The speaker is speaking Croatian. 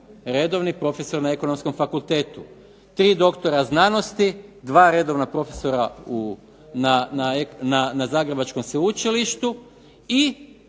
redovni profesor na Ekonomskom fakultetu. Tri doktora znanosti, dva redovna profesora na Zagrebačkom sveučilištu i